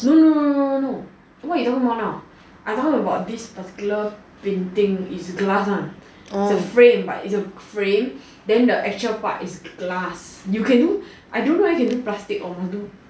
no no no no no what you talking about now I talking about this particular painting is glass one its a frame but its a frame then the actual part is glass you can do I don't know whether you can do plastic or